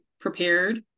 prepared